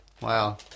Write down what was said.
Wow